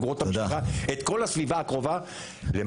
והן גוררות את המשפחה ואת כל הסביבה הקרובה למטה.